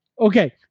Okay